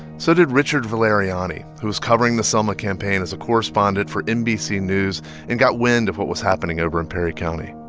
so did richard valeriani, who was covering the selma campaign as a correspondent for nbc news and got wind of what was happening over in perry county.